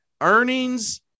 earnings